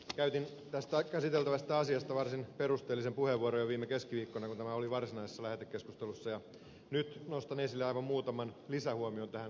käytin tästä käsiteltävästä asiasta varsin perusteellisen puheenvuoron jo viime keskiviikkona kun tämä oli varsinaisessa lähetekeskustelussa ja nyt nostan esille aivan muutaman lisähuomion tähän kokonaisuuteen